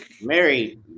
Mary